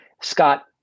Scott